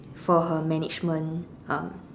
for her management um